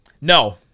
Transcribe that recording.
No